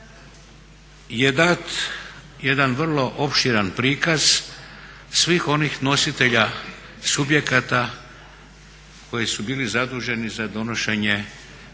je dat jedan vrlo opširan prikaz svih onih nositelja subjekata koji su bili zaduženi za provedbu